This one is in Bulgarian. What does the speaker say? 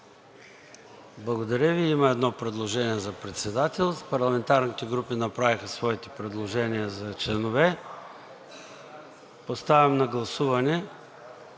Благодаря Ви. Има едно предложение за председател. Парламентарните групи направиха своите предложения за членове. Поставям на гласуване